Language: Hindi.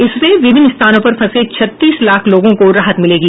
इससे विभिन्न स्थानों पर फंसे छत्तीस लाख लोगों को राहत मिलेगी